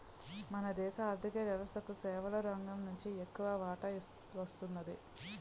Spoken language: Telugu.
మన దేశ ఆర్ధిక వ్యవస్థకు సేవల రంగం నుంచి ఎక్కువ వాటా వస్తున్నది